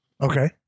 Okay